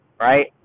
right